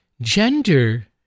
Gender